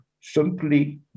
simply